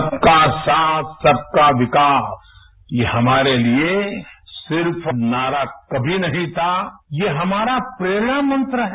सबका साथ सबका विकास ये हमारे लिए सिर्फ नारा कभी नहीं था ये हमारा प्रेरणा मंत्र है